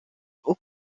aux